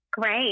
great